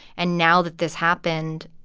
and now that this happened,